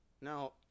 Now